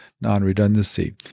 non-redundancy